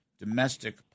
Domestic